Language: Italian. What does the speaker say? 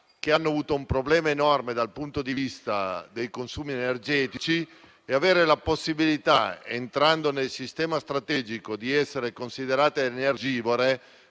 che hanno avuto un problema enorme dal punto di vista dei consumi energetici. Avere la possibilità, entrando nel sistema strategico, di essere considerate energivore